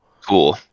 Cool